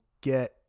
get